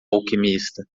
alquimista